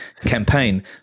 campaign